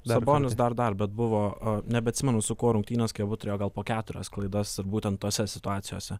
sabonis dar dar bet buvo nebeatsimenu su kuo rungtynės kai abu turėjo gal po keturias klaidas būtent tose situacijose